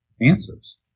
answers